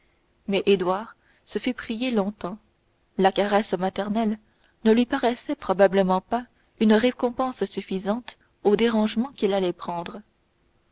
mais édouard se fit prier longtemps la caresse maternelle ne lui paraissait probablement pas une récompense suffisante au dérangement qu'il allait prendre